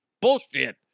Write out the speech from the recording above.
Bullshit